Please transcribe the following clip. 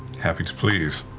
happy to please.